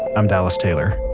i'm dallas taylor.